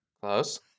Close